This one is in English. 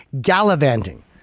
gallivanting